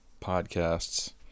podcasts